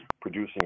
producing